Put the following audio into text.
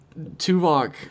Tuvok